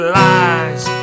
lies